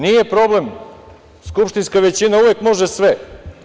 Nije problem, skupštinska većina uvek može sve.